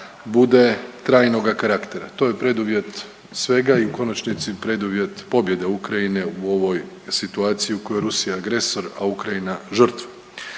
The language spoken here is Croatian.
bude trajnoga karaktera, to je preduvjet svega i u konačnici preduvjet pobjede Ukrajine u ovoj situaciji u kojoj je Rusija agresor, a Ukrajina žrtva.